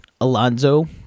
Alonzo